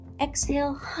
exhale